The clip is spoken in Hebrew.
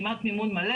כמעט מימון מלא.